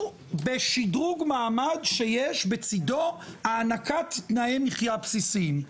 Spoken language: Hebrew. בשדרוג מעמד שיש בצידו הענקת תנאי מחייה בסיסים?